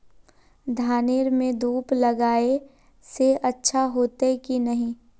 धानेर में धूप लगाए से अच्छा होते की नहीं?